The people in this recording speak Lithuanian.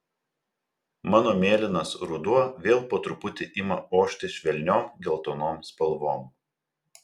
mano mėlynas ruduo vėl po truputį ima ošti švelniom geltonom spalvom